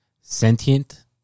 sentient